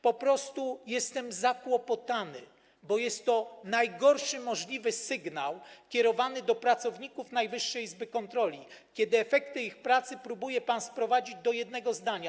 Po prostu jestem zakłopotany, bo jest to najgorszy możliwy sygnał kierowany do pracowników Najwyższej Izby Kontroli, kiedy efekty ich pracy próbuje pan sprowadzić do jednego zdania.